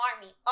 army